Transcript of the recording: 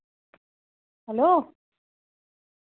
hello